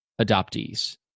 adoptees